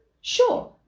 sure